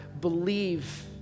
believe